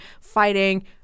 fighting